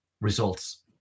results